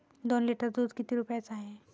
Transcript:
दोन लिटर दुध किती रुप्याचं हाये?